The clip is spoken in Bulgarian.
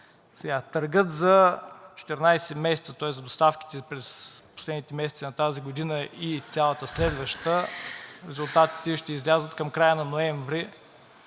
Търгът за 14 месеца, тоест за доставките през последните месеци на тази година и цялата следваща, резултатите ще излязат към края на ноември,